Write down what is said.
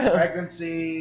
pregnancy